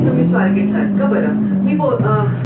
तुम्ही स्वारगेटला आहेत का बरं मी पो